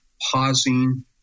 pausing